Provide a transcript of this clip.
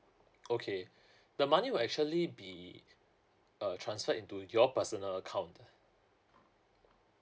okay the money will actually be uh transferred into your personal account